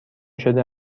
شده